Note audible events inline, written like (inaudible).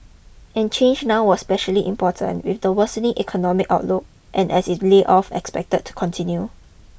and change now was especially important with the worsening economic outlook and as (unintelligible) layoffs expected to continue